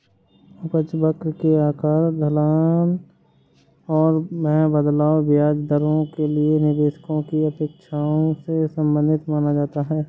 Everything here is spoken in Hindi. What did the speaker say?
उपज वक्र के आकार, ढलान में बदलाव, ब्याज दरों के लिए निवेशकों की अपेक्षाओं से संबंधित माना जाता है